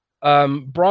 Brian